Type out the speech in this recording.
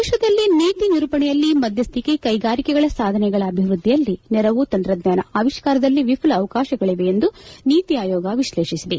ದೇಶದಲ್ಲಿ ನೀತಿ ನಿರೂಪಣೆಯಲ್ಲಿ ಮಧ್ಯಶ್ಠಿಕೆ ಕೈಗಾರಿಕೆಗಳ ಸಾಧನೆಗಳ ಅಭಿವೃದ್ದಿಯಲ್ಲಿ ನೆರವು ತಂತ್ರಜ್ಞಾನ ಅವಿಷ್ಕಾರದಲ್ಲಿ ವಿಘುಲ ಅವಕಾಶಗಳಿವೆ ಎಂದು ನೀತಿ ಆಯೋಗ ವಿಶ್ಲೇಷಿಸಿದೆ